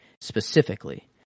specifically